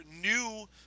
new